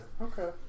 okay